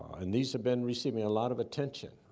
and these have been receiving a lot of attention,